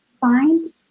find